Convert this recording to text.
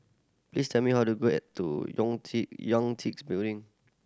please tell me how to go at to Building